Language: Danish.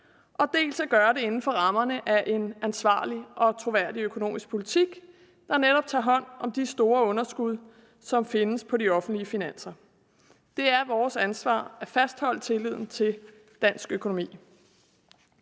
dels gøre det inden for rammerne af en ansvarlig og troværdig økonomisk politik, der netop tager hånd om de store underskud, som findes på de offentlige finanser. Det er vores ansvar at fastholde tilliden til dansk økonomi.